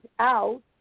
out